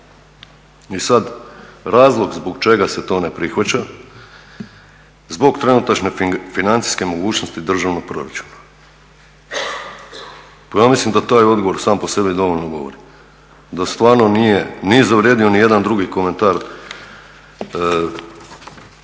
I sad razlog zbog čega se to ne prihvaća, zbog trenutačne financijske mogućnosti državnog proračuna. Ja mislim da taj odgovor sam po sebi dovoljno govori. Da stvarno nije zavrijedio nijedan drugi komentar, što